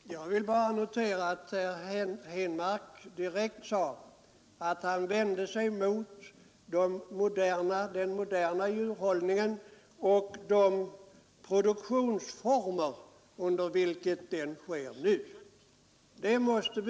Herr talman! Jag vill bara notera att herr Henmark direkt sade att han vände sig mot den moderna djurhållningen och de produktionsformer under vilka denna nu sker. Det måste